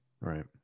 right